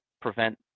prevent